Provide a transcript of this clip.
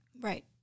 Right